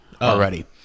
already